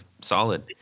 solid